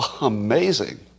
amazing